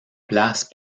place